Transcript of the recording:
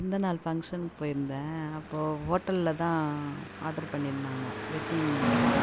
பிறந்தநாள் ஃபங்ஷனுக்கு போயிருந்தேன் அப்போ ஹோட்டலில்தான் ஆர்ட்ரு பண்ணியிருந்தாங்க வெட்டிங்கின்னுது